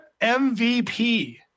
MVP